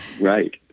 Right